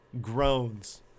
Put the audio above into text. groans